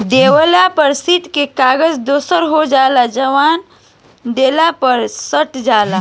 देवाल पर सटे के कागज दोसर होखेला जवन के देवाल पर साटल जाला